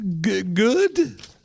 good